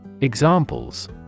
Examples